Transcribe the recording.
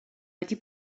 wedi